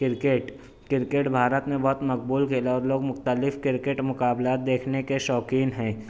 cricket cricket Bharat میں بہت مقبول کھیل ہے اور لوگ مختلف کرکٹ مقابلات دیکھنے کے شوقین ہیں